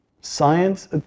Science